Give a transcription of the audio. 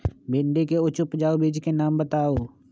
भिंडी के उच्च उपजाऊ बीज के नाम बताऊ?